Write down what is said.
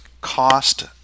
cost